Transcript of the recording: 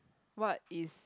what is